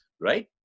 right